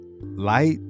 light